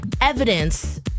Evidence